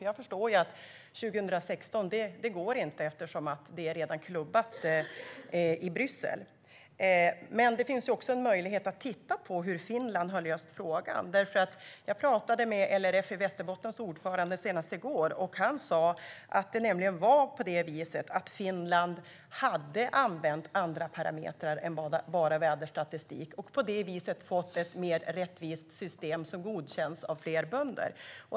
Jag förstår att det inte går med 2016 eftersom det redan är klubbat i Bryssel. Det finns också en möjlighet att titta på hur Finland har löst frågan. Jag pratade med ordföranden i LRF Västerbotten senast i går, och han sa att Finland hade använt andra parametrar än bara väderstatistik och på det viset fått ett mer rättvist system som godkänns av fler bönder.